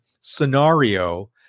scenario